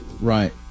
right